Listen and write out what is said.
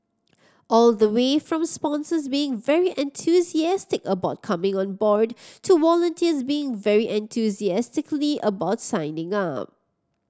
all the way from sponsors being very enthusiastic about coming on board to volunteers being very enthusiastically about signing up